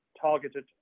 targeted